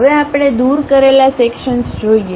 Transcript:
હવે આપણે દૂર કરેલા સેક્શનસ જોઈએ